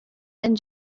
and